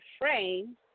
frame